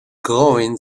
growing